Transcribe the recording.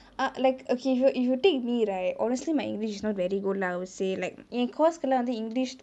err like okay if you if you take me right honestly my english not very good lah I would say like என்:en course full லா வந்து:la vanthu english